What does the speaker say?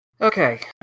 Okay